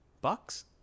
Bucks